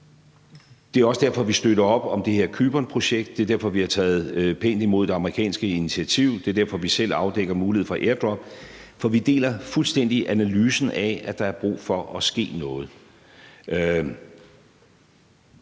Det er også derfor, vi støtter op om det her Cypernprojekt, det er derfor, vi har taget pænt imod det amerikanske initiativ, og det er derfor, vi selv afdækker muligheden for airdrop. For vi deler fuldstændig analysen af, at der er brug for, at der sker noget.